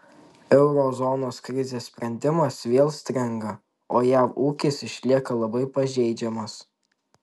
euro zonos krizės sprendimas vėl stringa o jav ūkis išlieka labai pažeidžiamas